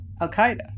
al-Qaeda